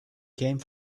came